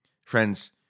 Friends